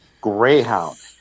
Greyhound